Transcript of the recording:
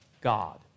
God